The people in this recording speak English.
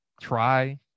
try